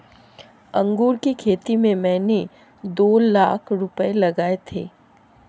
अंगूर की खेती में मैंने दो लाख रुपए लगाए थे